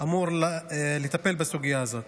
אמור לטפל בסוגיה הזאת.